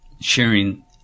sharing